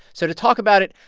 so to talk about it,